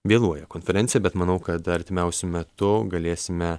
vėluoja konferencija bet manau kad artimiausiu metu galėsime